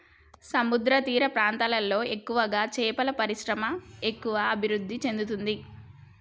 సముద్రతీర ప్రాంతాలలో ఎక్కువగా చేపల పరిశ్రమ ఎక్కువ అభివృద్ధి చెందుతది